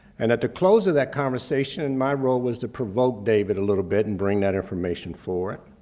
and at the close of that conversation and my role was to provoke david a little bit and bring that information forward.